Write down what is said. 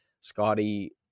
Scotty